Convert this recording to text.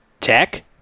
Check